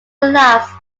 elapsed